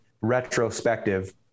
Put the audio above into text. retrospective